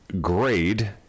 grade